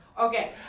Okay